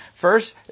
First